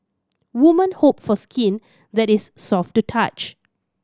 women hope for skin that is soft to touch